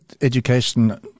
education